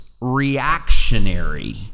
reactionary